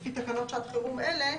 לפי תקנות שעת חירום אלה,